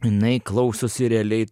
jinai klausosi realiai